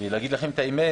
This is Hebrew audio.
ולהגיד לכם את האמת,